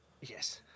Yes